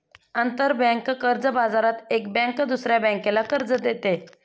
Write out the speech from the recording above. आंतरबँक कर्ज बाजारात एक बँक दुसऱ्या बँकेला कर्ज देते